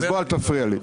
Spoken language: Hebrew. אז אל תפריע לי.